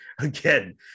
again